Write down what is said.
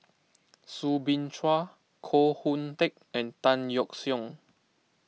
Soo Bin Chua Koh Hoon Teck and Tan Yeok Seong